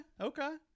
Okay